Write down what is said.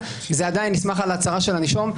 זה עדיין נסמך על ההצהרה של הנישום.